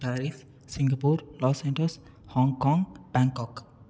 Paris Singapore Los Angeles Hong Kong Bangkok